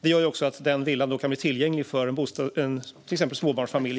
Det gör också att villan då kan bli tillgänglig för till exempel en småbarnsfamilj.